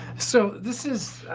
so, this is.